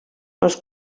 els